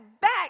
back